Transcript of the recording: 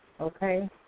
Okay